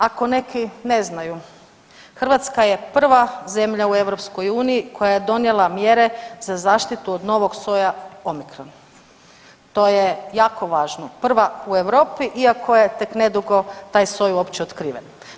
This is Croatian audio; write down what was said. Ako neki ne znaju, Hrvatska je prva zemlja u EU koja je donijela mjere za zaštitu od novog soja omikron to je jako važno, prva u Europi iako je tek nedugo taj soj uopće otkriven.